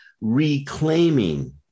reclaiming